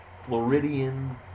Floridian